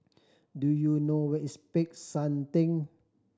do you know where is Peck San Theng